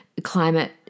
climate